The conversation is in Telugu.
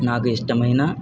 నాకు ఇష్టమైన